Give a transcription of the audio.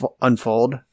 unfold